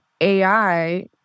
AI